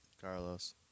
Carlos